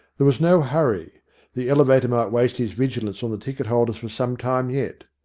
there was no hurry the elevator might waste his vigilance on the ticket-holders for some time yet.